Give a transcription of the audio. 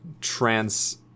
Trans